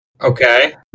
Okay